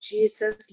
Jesus